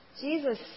Jesus